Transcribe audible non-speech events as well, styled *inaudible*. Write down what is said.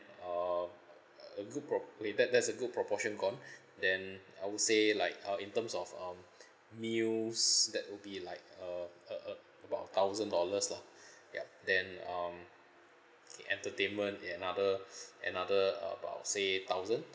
err uh uh a good pro~ okay that that's a good proportion gone *breath* then I would say like uh in terms of um *breath* meals that will be like err uh uh about a thousand dollars lah *breath* yup then um okay entertainment ya another *breath* another about say thousand